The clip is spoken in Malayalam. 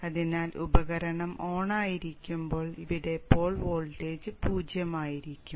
അതിനാൽ ഉപകരണം ഓണായിരിക്കുമ്പോൾ ഇവിടെ പോൾ വോൾട്ടേജ് 0 ആയിരിക്കും